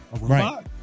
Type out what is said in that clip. Right